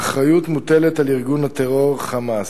האחריות מוטלת על ארגון הטרור "חמאס".